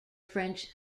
french